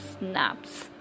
snaps